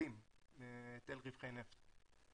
התקבולים מהיטל רווחי נפט.